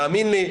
תאמין לי,